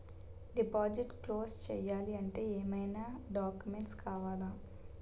Deposit close చేయాలి అంటే ఏమైనా డాక్యుమెంట్స్ కావాలా?